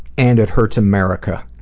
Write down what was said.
and it hurts america.